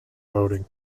voting